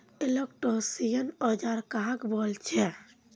Electrician औजार कहाक बोले छे?